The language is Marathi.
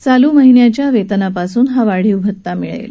चालू महिन्याच्या वेतनापासून हा वाढीव भत्ता मिळेल